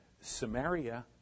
Samaria